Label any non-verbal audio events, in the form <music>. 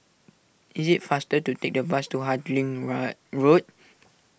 it is faster to take the bus to Harding <unintelligible> Road